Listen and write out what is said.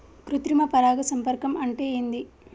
కృత్రిమ పరాగ సంపర్కం అంటే ఏంది?